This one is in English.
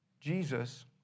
Jesus